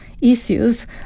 issues